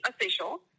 official